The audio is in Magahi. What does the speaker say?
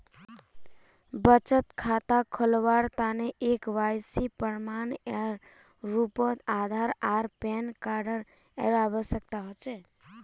बचत खता खोलावार तने के.वाइ.सी प्रमाण एर रूपोत आधार आर पैन कार्ड एर आवश्यकता होचे